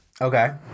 Okay